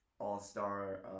All-Star